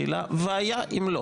והיה אם לא,